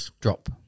drop